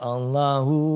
Allahu